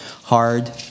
hard